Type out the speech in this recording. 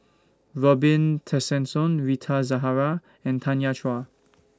Robin Tessensohn Rita Zahara and Tanya Chua